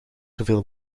zoveel